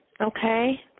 Okay